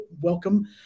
welcome